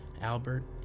Albert